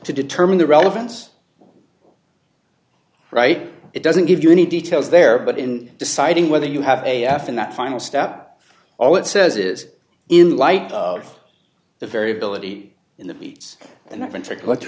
to determine the relevance right it doesn't give you any details there but in deciding whether you have a fin that final step all it says is in light of the variability in the beats and